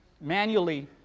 manually